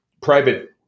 private